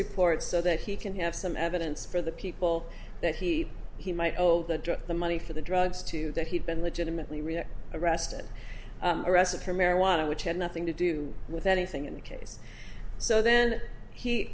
report so that he can have some evidence for the people that he he might owe the drug the money for the drug two that he'd been legitimately arrested arrested for marijuana which had nothing to do with anything in the case so then he